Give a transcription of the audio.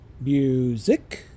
music